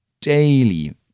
daily